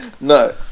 No